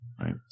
right